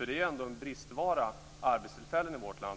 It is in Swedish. Arbetstillfällen är tyvärr en bristvara i vårt land.